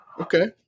Okay